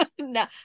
No